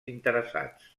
interessats